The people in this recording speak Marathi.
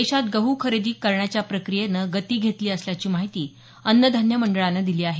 देशात गह खरेदी करण्याची प्रक्रियेनं गती घेतली असल्याची माहिती अन्न धान्य मंडळानं दिली आहे